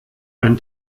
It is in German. ein